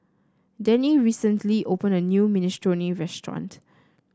Danny recently opened a new Minestrone restaurant